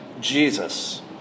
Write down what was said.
Jesus